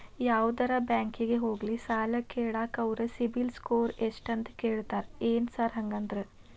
ಯಾವದರಾ ಬ್ಯಾಂಕಿಗೆ ಹೋಗ್ಲಿ ಸಾಲ ಕೇಳಾಕ ಅವ್ರ್ ಸಿಬಿಲ್ ಸ್ಕೋರ್ ಎಷ್ಟ ಅಂತಾ ಕೇಳ್ತಾರ ಏನ್ ಸಾರ್ ಹಂಗಂದ್ರ?